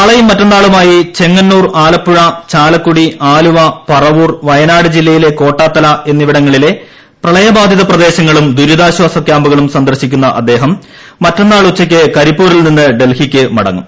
നാളെയും മറ്റന്നാളുമായി ചെങ്ങന്നൂർ ആലപ്പുഴ ചാല ക്കുടി ആലുവ പറവൂർ വയനാട് ജില്ലയിലെ കോട്ടാ ത്തല എന്നിവിടങ്ങളിലെ പ്രളയബാധിത പ്രദേശങ്ങളും ദുരിതാശ്വാസ ക്യാമ്പുകളും സന്ദർശിക്കുന്ന അദ്ദേഹം മ റ്റന്നാൾ ഉച്ചയ്ക്ക് കരിപ്പൂരിൽ നിന്ന് ഡൽഹിക്ക് മട ങ്ങും